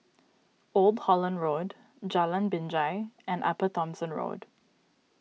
Old Holland Road Jalan Binjai and Upper Thomson Road